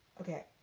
okay